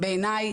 בעיניי,